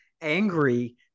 angry